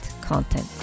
content